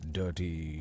dirty